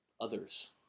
others